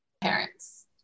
parents